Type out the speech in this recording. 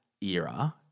era